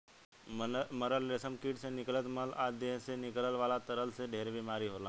मरल रेशम कीट से निकलत मल आ देह से निकले वाला तरल से ढेरे बीमारी होला